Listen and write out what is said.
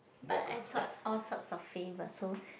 but I thought all sorts of flavours so